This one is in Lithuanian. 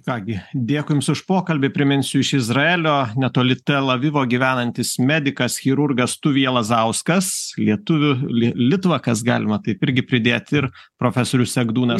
ką gi dėkui už pokalbį priminsiu iš izraelio netoli tel avivo gyvenantis medikas chirurgas tuvija lazauskas lietuvių li litvakas galima taip irgi pridėt ir profesorius egdūnas